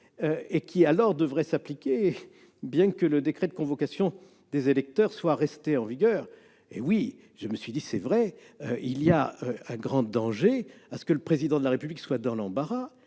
et qui, alors, devrait s'appliquer bien que le décret de convocation des électeurs soit resté en vigueur. Eh oui, c'est vrai : il y a un grand danger à mettre le Président de la République dans l'embarras